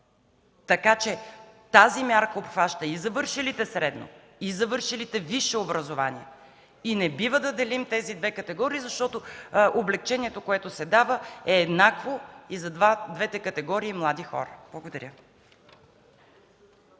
Тази мярка обхваща и завършилите средно, и завършилите висше образование. Не бива да делим тези две категории, защото облекчението, което се дава, е еднакво и за двете категории млади хора. Благодаря